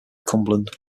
cumberland